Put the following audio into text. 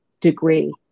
degree